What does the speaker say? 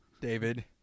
David